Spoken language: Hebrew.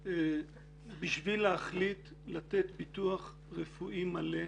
בשביל להחליט לתת ביטוח רפואי מלא,